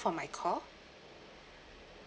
from my call